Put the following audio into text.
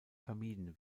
vermieden